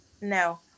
No